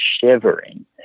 shivering